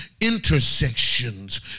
intersections